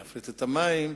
להפריט את המים,